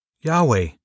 Yahweh